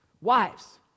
Wives